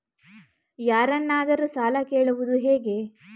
ಯಾರನ್ನಾದರೂ ಸಾಲ ಕೇಳುವುದು ಹೇಗೆ?